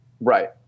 Right